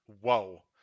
whoa